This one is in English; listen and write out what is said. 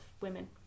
women